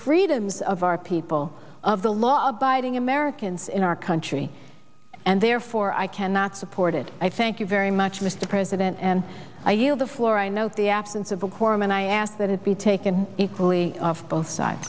freedoms of our people of the law abiding americans in our country and therefore i cannot support it i thank you very much mr president and i yield the floor i note the absence of a quorum and i ask that it be taken equally of both sides